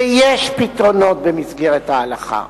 ויש פתרונות במסגרת ההלכה.